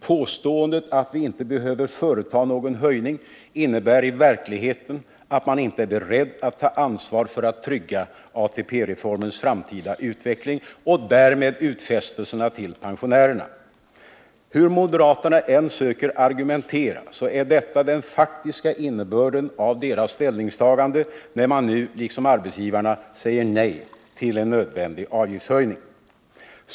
Påståendet att vi inte behöver företa någon höjning innebär i verkligheten att man inte är beredd att ta ansvar för att trygga ATP-reformens framtida utveckling och därmed utfästelserna till pensionärerna. Hur moderaterna än söker argumentera är detta den faktiska innebörden av deras ställningstagande när man nu, liksom arbetsgivarna, säger nej till en nödvändig avgiftshöjning.